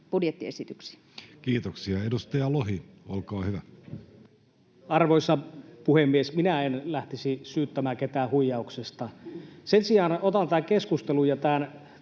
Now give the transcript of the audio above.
budjettiesityksiin. Kiitoksia. — Edustaja Lohi, olkaa hyvä. Arvoisa puhemies! Minä en lähtisi syyttämään ketään huijauksesta. Sen sijaan otan tämän keskustelun ja tämän